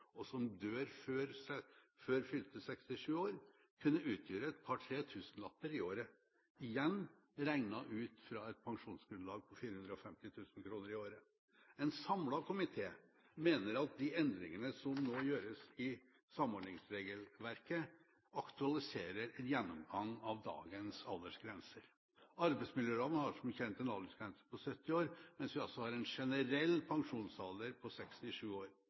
og som dør før fylte 67 år, kunne utgjøre et par–tre tusenlapper i året, igjen regnet ut fra et pensjonsgrunnlag på 450 000 kr i året. En samlet komité mener at de endringene som nå gjøres i samordningsregelverket, aktualiserer en gjennomgang av dagens aldersgrenser. Arbeidsmiljøloven har som kjent en aldersgrense på 70 år, mens vi altså har en generell pensjonsalder på 67 år.